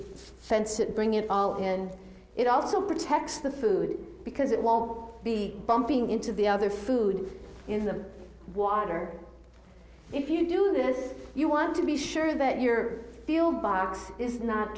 it bring it all in and it also protects the food because it won't be bumping into the other food in the water if you do this you want to be sure that your field box is not